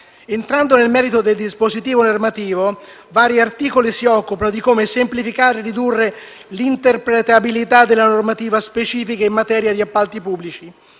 Entrando nel merito del dispositivo normativo, vari articoli si occupano di come semplificare e ridurre l'interpretabilità della normativa specifica in materia di appalti pubblici.